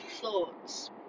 thoughts